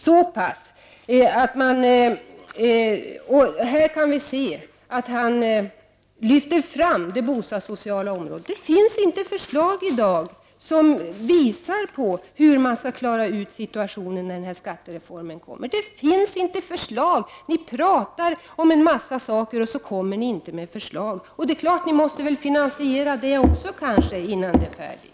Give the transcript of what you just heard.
Ordföranden i bostadsutskottet lyfte fram det bostadssociala området. Men det finns i dag inga förslag om hur man skall klara de bostadspolitiska problem som blir följden av skattereformen. Man pratar en massa men lägger inte fram några förslag. Ni måste väl även här ha förslag till finansiering.